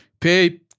pay